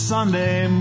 Sunday